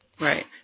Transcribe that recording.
Right